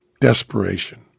desperation